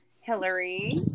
Hillary